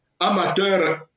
amateur